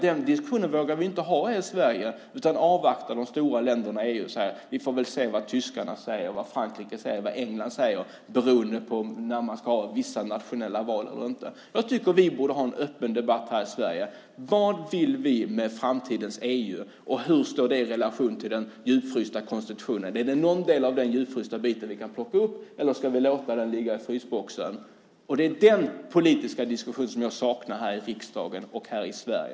Den diskussionen vågar vi inte ha i Sverige, utan vi avvaktar de stora länderna i EU och säger att vi får se vad Tyskland, Frankrike och England säger, beroende på när man ska ha vissa nationella val eller inte. Jag tycker att vi borde ha en öppen debatt här i Sverige om vad vi vill med framtidens EU och hur det står i relation till den djupfrysta konstitutionen. Är det någon del av den djupfrysta biten vi kan plocka upp, eller ska vi låta den ligga i frysboxen? Det är den politiska diskussionen som jag saknar här i riksdagen och här i Sverige.